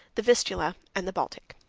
the vistula, and the baltic.